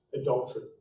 adultery